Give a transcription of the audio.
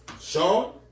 Sean